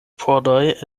pordoj